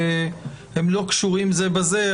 שהם לא קשורים זה בזה,